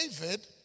David